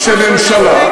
שממשלה,